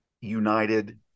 united